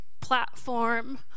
platform